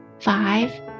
five